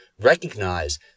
recognize